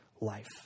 life